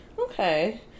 Okay